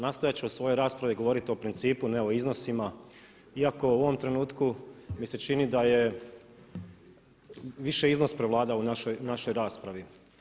Nastojat ću u svojoj raspravi govoriti o principu, ne o iznosima iako u ovom trenutku mi se čini da je više iznos prevladao u našoj raspravi.